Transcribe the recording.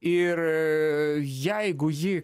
ir jeigu ji